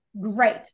great